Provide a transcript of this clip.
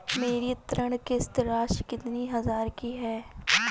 मेरी ऋण किश्त राशि कितनी हजार की है?